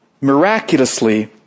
miraculously